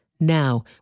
Now